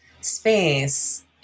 space